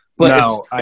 No